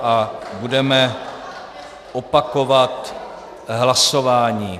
A budeme opakovat hlasování.